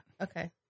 Okay